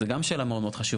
זו גם שאלה מאוד מאוד חשובה.